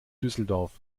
düsseldorf